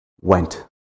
went